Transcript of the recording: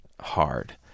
Hard